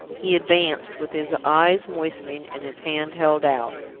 he advanced, with his eyes moistening, and his hand held out.